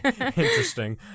interesting